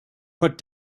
put